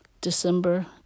December